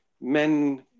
men